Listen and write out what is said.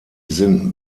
sind